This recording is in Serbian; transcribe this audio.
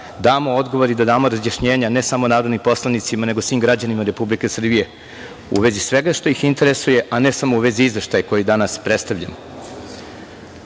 damo odgovor i razjašnjenja, ne samo narodnim poslanicima nego svim građanima Republike Srbije u vezi svega što ih interesuje, a ne samo u vezi izveštaja koji danas predstavljamo. Mislim